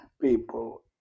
people